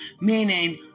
meaning